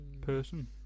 person